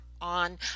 on